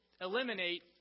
eliminate